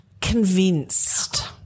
convinced